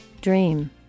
dream